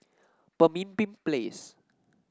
Pemimpin Place